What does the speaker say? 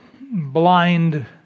blind